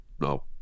no